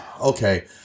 okay